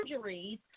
surgeries